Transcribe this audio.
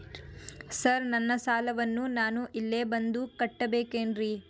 Sir ನನ್ನ ಸಾಲವನ್ನು ನಾನು ಇಲ್ಲೇ ಬಂದು ಕಟ್ಟಬೇಕೇನ್ರಿ?